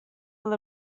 will